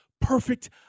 perfect